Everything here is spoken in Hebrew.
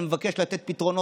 אבל מבקש לתת הנחיות.